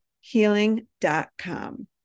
healing.com